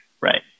right